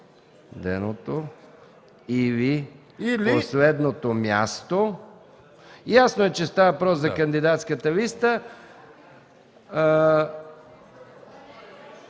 освободеното или последното място”. Ясно е, че става въпрос за кандидатската листа.